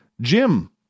Jim